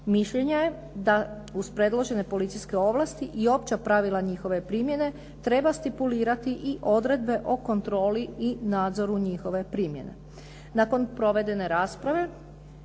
Mišljenja je da uz predložene policijske ovlasti i opća pravila njihove primjene treba stipulirati i odredbe o kontroli i nadzoru njihove primjene. Nakon provedene rasprave